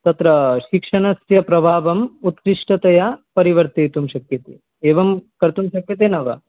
तत्र शिक्षणस्य प्रभावम् उत्कृष्टतया परिवर्तयितुं शक्यते एवं कर्तुं शक्यते न वा